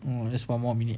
know just one more minute